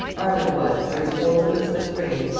ireland was, during the whole of elizabeth's reign,